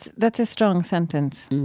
that's a strong sentence.